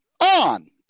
on